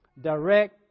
direct